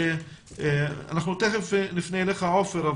אנחנו תיכף נפנה אליך עופר,